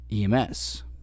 EMS